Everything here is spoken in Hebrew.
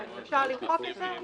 אפשר למחוק את זה רק